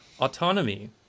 Autonomy